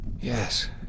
Yes